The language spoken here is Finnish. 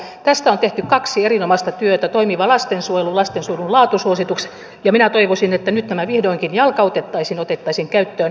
tästä on tehty kaksi erinomaista työtä toimiva lastensuojelu ja lastensuojelun laatusuositus ja minä toivoisin että nyt nämä vihdoinkin jalkautettaisiin ja otettaisiin käyttöön